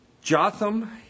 Jotham